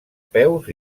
peus